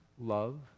love